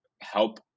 help